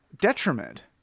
detriment